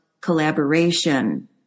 collaboration